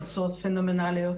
עם תשואות פנומנליות,